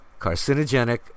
carcinogenic